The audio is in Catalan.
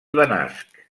benasc